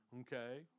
okay